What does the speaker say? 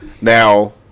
Now